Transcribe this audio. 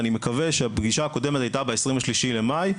הפגישה הקודמת הייתה ב-23 במאי,